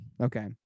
Okay